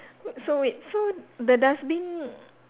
so wait so the dustbin